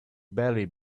barely